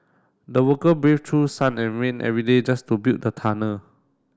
the worker braved through sun and rain every day just to build the tunnel